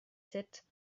sept